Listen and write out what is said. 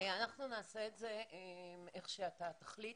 אנחנו נעשה את זה איך שאתה תחליט,